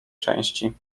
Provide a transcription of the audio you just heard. części